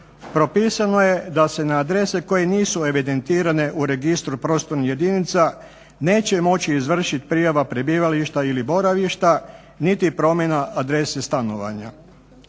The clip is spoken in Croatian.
propisano je da se na adrese koje nisu evidentirane u Registru prostornih jedinica neće moći izvršit prijava prebivališta ili boravišta niti promjena adrese stanovanja.